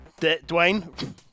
Dwayne